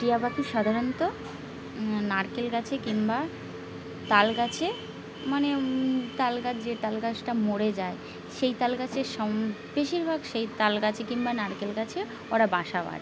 টিয়া পাখি সাধারণত নারকেল গাছে কিংবা তাল গাছে মানে তাল গাছ যে তাল গাছটা মরে যায় সেই তাল গাছের সম বেশিরভাগ সেই তাল গাছে কিংবা নারকেল গাছে ওরা বাসা বাঁধে